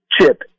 chip